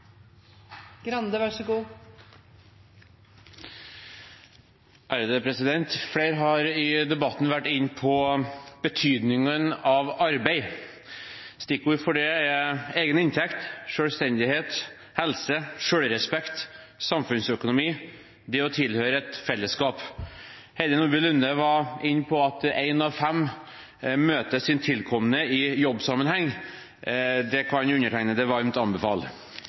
egen inntekt, selvstendighet, helse, selvrespekt, samfunnsøkonomi og det å tilhøre et fellesskap. Heidi Nordby Lunde var inne på at en av fem møter sin tilkommende i jobbsammenheng. Det kan undertegnede varmt anbefale.